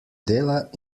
dela